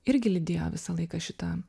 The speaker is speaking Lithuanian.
irgi lydėjo visą laiką šitą